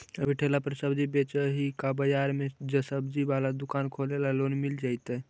अभी ठेला पर सब्जी बेच ही का बाजार में ज्सबजी बाला दुकान खोले ल लोन मिल जईतै?